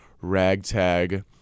ragtag